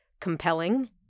compelling